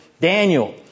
Daniel